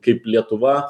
kaip lietuva